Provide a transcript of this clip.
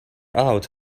out